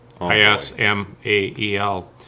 I-S-M-A-E-L